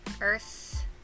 Earth